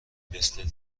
مثل